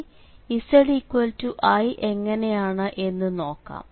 ഇനി zi എങ്ങനെയാണ് എന്ന് നോക്കാം